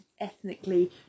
ethnically